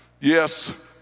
Yes